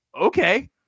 okay